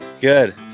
Good